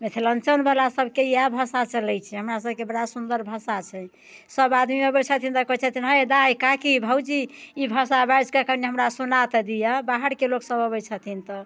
मिथिलाञ्चलवला सबके इएह भाषा चलै छै हमरा सबके बड़ा सुन्दर भाषा छै सब आदमी अबै छथिन तऽ कहै छथिन हइ दाय काकी भौजी ई भाषा बाजिके कनी हमरा सुना तऽ दिअ बाहरके लोकसब अबै छथिन तऽ